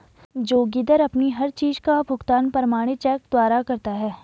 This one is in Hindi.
जोगिंदर अपनी हर चीज का भुगतान प्रमाणित चेक द्वारा करता है